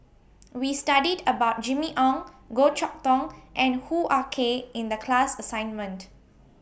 We studied about Jimmy Ong Goh Chok Tong and Hoo Ah Kay in The class assignment